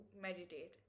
meditate